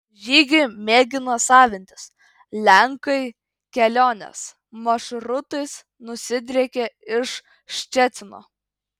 žygį mėgina savintis lenkai kelionės maršrutas nusidriekė iš ščecino